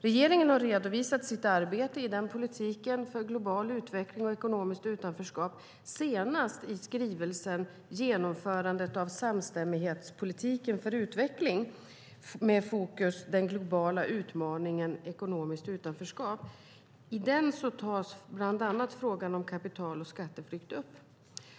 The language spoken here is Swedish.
Regeringen har senast redovisat sitt arbete med politiken för global utveckling och ekonomiskt utanförskap i skrivelsen Genomförandet av samstämmighetspolitiken för utveckling - fokus: den globala utmaningen ekonomiskt utanförskap . I den tas bland annat frågan om kapital och skatteflykt upp.